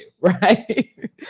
right